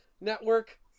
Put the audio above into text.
network